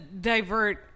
divert